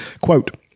quote